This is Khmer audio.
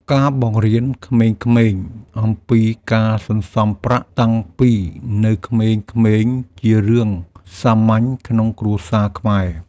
ការបង្រៀនក្មេងៗអំពីការសន្សំប្រាក់តាំងពីនៅក្មេងៗជារឿងសាមញ្ញក្នុងគ្រួសារខ្មែរ។